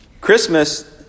Christmas